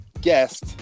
guest